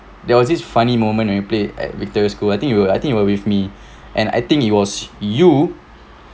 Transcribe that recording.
there was this funny moment when we play at victoria school I think you will think you were with me and I think it was you